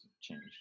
changed